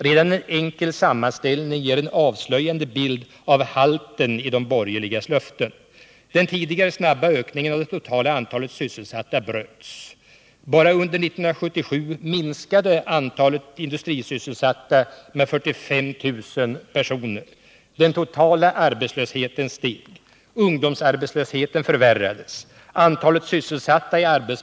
Redan en enkel sammanställning ger en avslöjande bild av halten i de borgerligas löften: Bara under 1977 minskade antalet industrisysselsatta med 45 000 personer.